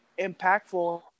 impactful